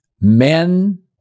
Men